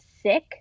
sick